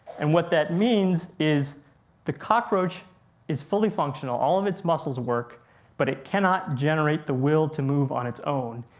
and what that means is the cockroach is fully functional, all of its muscles work but it cannot generate the will to move on its own.